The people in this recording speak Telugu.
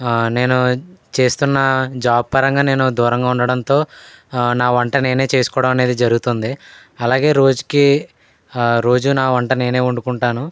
నేను చేస్తున్న జాబ్ పరంగా నేను దూరంగా ఉండటంతో నా వంట నేనే చేసుకోవడం అనేది జరుగుతుంది అలాగే రోజుకి రోజు నా వంట నేనే వండుకుంటాను